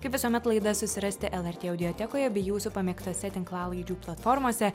kaip visuomet laidas susirasti lrt audiotekoje bei jūsų pamėgtose tinklalaidžių platformose